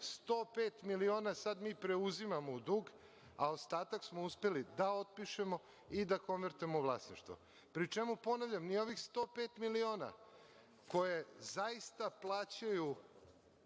105 miliona sada mi preuzimamo u dug, a ostatak smo uspeli da otpišemo i da konvertujemo u vlasništvo, pri čemu, ponavljam, ni ovih 105 miliona koje zaista plaćaju